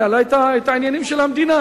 ניהלה את העניינים של המדינה.